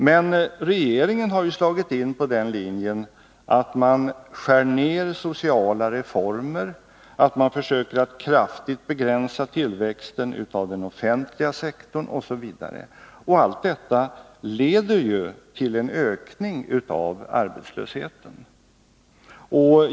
Men regeringen har ju slagit in på linjen att skära ned när det gäller sociala reformer, att kraftigt begränsa tillväxten av den offentliga sektorn osv. Allt detta leder ju till en ökning av arbetslösheten.